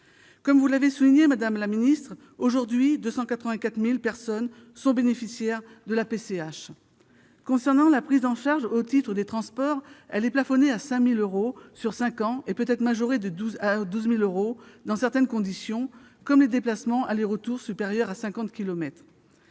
Comme vous l'avez souligné, madame la secrétaire d'État, aujourd'hui, 284 000 personnes sont bénéficiaires de la PCH. Concernant la prise en charge au titre des transports, elle est plafonnée à 5 000 euros sur cinq ans et peut être majorée à 12 000 euros dans certains cas, notamment des déplacements aller-retour supérieurs à